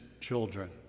children